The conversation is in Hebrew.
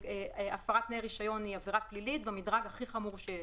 הפרת תנאי רישיון היא עבירה פלילית במדרג הכי חמור שיש.